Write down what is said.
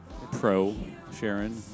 pro-Sharon